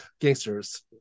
gangsters